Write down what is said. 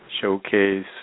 showcase